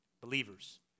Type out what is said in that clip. believers